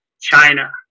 China